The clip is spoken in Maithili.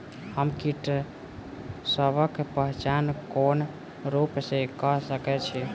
हम कीटसबक पहचान कोन रूप सँ क सके छी?